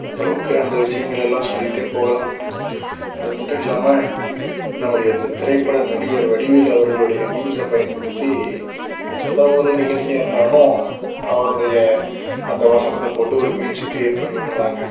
அந்தளவுக்கு அந்த விஷயங்களை எல்லாம் சொல்லிக்கிட்டே போகலாம் அது மட்டும் இல்லாமல் நம்முடைய இந்தத் திரைப்பட நடிகர் வடிவேலு அவர்களுடைய மீம்ஸை பயன்படுத்தி எந்த ஒரு நிகழ்ச்சியாக இருந்தாலும் அவருடைய அந்த வசனத்தை போட்டு ஒரு மீம்ஸு க்ரியேட் பண்ணி விட்டுர்றாங்க